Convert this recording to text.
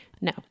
No